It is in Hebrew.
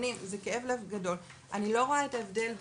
אבל צריך להבין שעד 2020 --- היה 243